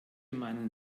meinen